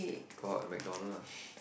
got McDonald